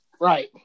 Right